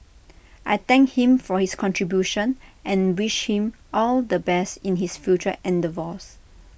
I thank him for his contributions and wish him all the best in his future endeavours